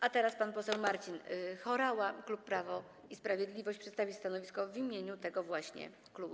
A teraz pan poseł Marcin Horała, klub Prawo i Sprawiedliwość, przedstawi stanowisko w imieniu tego właśnie klubu.